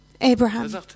Abraham